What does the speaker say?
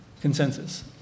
consensus